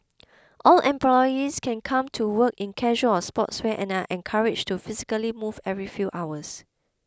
all employees can come to work in casual or sportswear and are encouraged to physically move every few hours